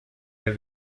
der